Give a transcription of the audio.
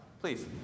Please